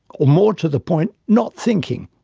or, more to the point, not thinking.